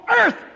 earth